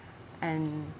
and